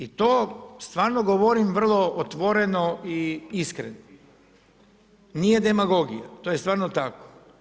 I to stvarno govorim vrlo otvoreno i iskreno, nije demagogija, to je stvarno tako.